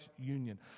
union